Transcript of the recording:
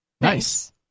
Nice